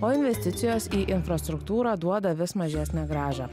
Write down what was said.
o investicijos į infrastruktūrą duoda vis mažesnę grąžą